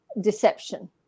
deception